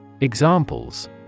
Examples